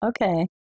Okay